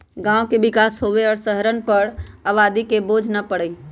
गांव के विकास होवे और शहरवन पर आबादी के बोझ न पड़ई